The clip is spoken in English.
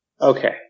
Okay